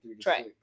Try